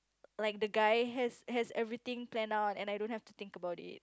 like the guy has has everything planned out and I don't have to think about it